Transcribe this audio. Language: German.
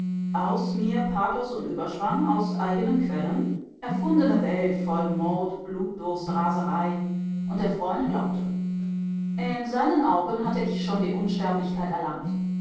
aus mir pathos und überschwang aus eigenen quellen erfundene welt voll mord blutdurst raserei und der freund glaubte in seinen augen hatte ich schon die unsterblichkeit erlangt